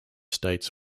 states